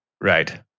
Right